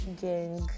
Gang